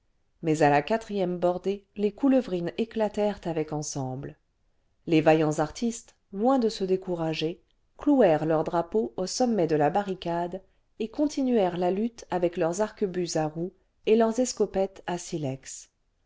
mais à la quatrième bordée les couleuvrines éclatèrent avec ensemble les vaillants artistes loin de se décourager clouèrent leur drapeau au sommet de la barricade et continuèrent la lutte avec leurs arquebuses à roues et leurs escopettes à silex